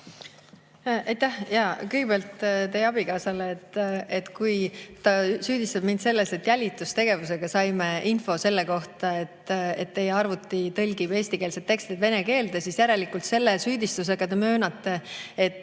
Kõigepealt teie abikaasale: kui ta süüdistab mind selles, et me jälitustegevusega saime info selle kohta, et teie arvuti tõlgib eestikeelset teksti vene keelde, siis järelikult selle süüdistusega te möönate, et